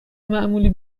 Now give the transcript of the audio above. معمولی